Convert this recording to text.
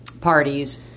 parties